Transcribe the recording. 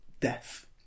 death